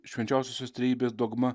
švenčiausiosios trejybės dogma